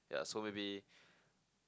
yeah so maybe